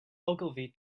ogilvy